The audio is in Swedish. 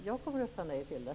Jag kommer att rösta nej till det.